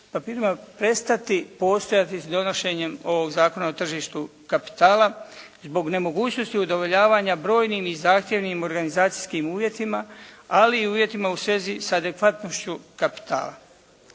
papirima prestati postojati s donošenjem ovog Zakona o tržištu kapitala zbog nemogućnosti udovoljavanja brojnim i zahtjevnim organizacijskih uvjetima, ali i uvjetima u svezi sa de facto-šću kapitala.